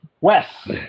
Wes